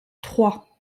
trois